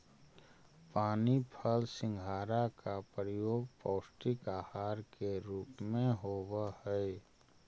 पानी फल सिंघाड़ा का प्रयोग पौष्टिक आहार के रूप में होवअ हई